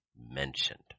mentioned